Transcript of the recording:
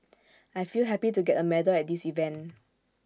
I feel happy to get A medal at this event